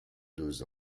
deux